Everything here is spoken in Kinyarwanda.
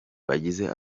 bagize